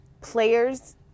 players